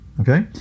Okay